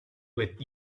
with